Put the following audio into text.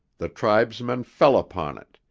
the tribesmen fell upon it,